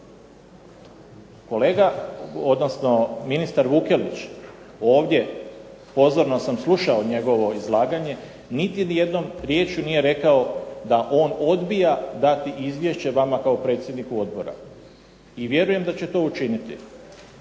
Kolega, odnosno ministar Vukelić ovdje, pozorno sam slušao njegovo izlaganje, niti jednom riječi nije rekao da on odbija dati izvješće vama kao predsjedniku odbora i vjerujem da će to učiniti.